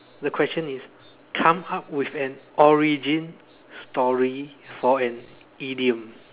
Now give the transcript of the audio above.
the question is come up with an origin story for an idiom